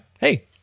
Hey